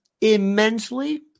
immensely